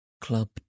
Club